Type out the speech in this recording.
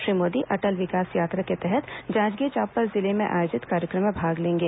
श्री मोदी अटल विकास यात्रा के तहत जांजगीर चांपा जिले में आयोजित कार्यक्रम में भाग लेंगे